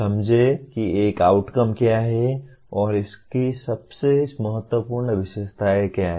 समझें कि एक आउटकम क्या है और इसकी सबसे महत्वपूर्ण विशेषताएं क्या हैं